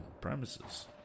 premises